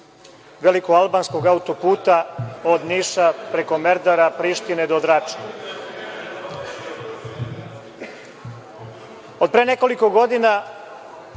„velikog albanskog autoputa“ on Niša preko Merdara, Prištine do Drača. Od